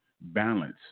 balance